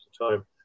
time